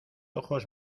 ojos